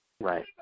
Right